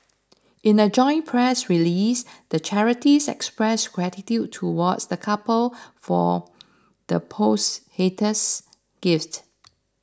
in a joint press release the charities expressed gratitude towards the couple for the post haters gift